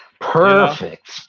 perfect